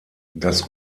das